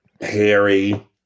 Harry